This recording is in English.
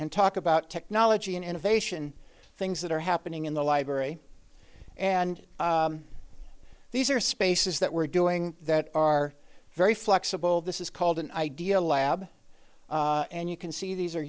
and talk about technology and innovation things that are happening in the library and these are spaces that we're doing that are very flexible this is called an idea lab and you can see these are